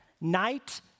night